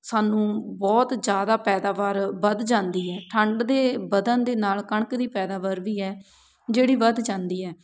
ਸਾਨੂੰ ਬਹੁਤ ਜ਼ਿਆਦਾ ਪੈਦਾਵਾਰ ਵੱਧ ਜਾਂਦੀ ਹੈ ਠੰਡ ਦੇ ਵਧਣ ਦੇ ਨਾਲ ਕਣਕ ਦੀ ਪੈਦਾਵਾਰ ਵੀ ਹੈ ਜਿਹੜੀ ਵੱਧ ਜਾਂਦੀ ਹੈ